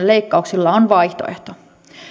leikkauksilla on vaihtoehto